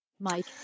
Mike